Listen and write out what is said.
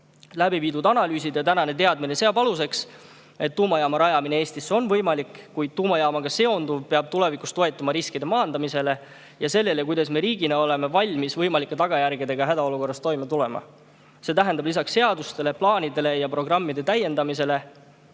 Läbiviidud analüüsid ja praegused teadmised seavad aluseks, et tuumajaama rajamine Eestisse on võimalik, kuid tuumajaamaga seonduv peab tulevikus toetuma riskide maandamisele ja sellele, kuidas me riigina oleme valmis hädaolukorras võimalike tagajärgedega toime tulema. See tähendab lisaks seaduste, plaanide ja programmide täiendamisele